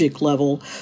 level